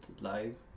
live